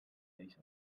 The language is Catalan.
deixa